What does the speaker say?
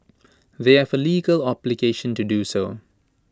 they have A legal obligation to do so